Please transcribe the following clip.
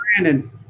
Brandon